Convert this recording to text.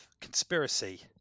Conspiracy